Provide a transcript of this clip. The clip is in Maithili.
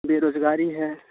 बेरोजगारी हय